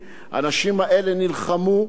במסירות בלתי רגילה.